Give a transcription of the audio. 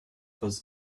was